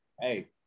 hey